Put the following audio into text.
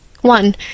One